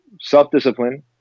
self-discipline